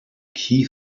key